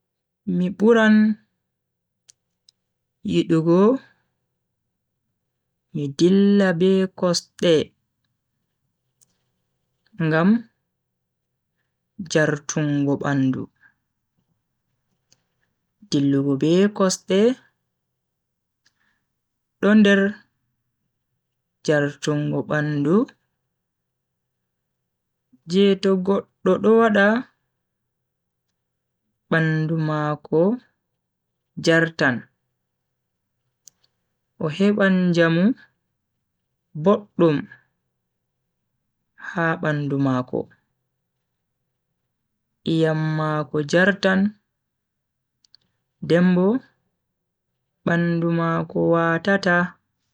Mi buran yidugo mi dilla be kosde ngam jartungo bandu. dillugo be kosde do nder jartungo bandu je to goddo do wada bandu mako jartan, o heban njamu boddum ha bandu mako. iyam mako jartan den bo bandu mako watata.